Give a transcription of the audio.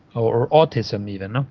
or autism even.